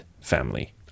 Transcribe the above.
family